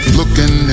Looking